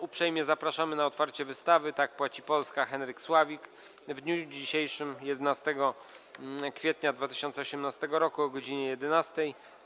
Uprzejmie zapraszamy na otwarcie wystawy „Tak płaci Polska - Henryk Sławik” w dniu dzisiejszym, 11 kwietnia 2018 r., o godz. 11.